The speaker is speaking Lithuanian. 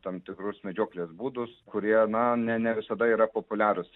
tam tikrus medžioklės būdus kurie na ne ne visada yra populiarūs